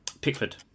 Pickford